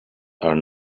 are